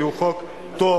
כי הוא חוק טוב,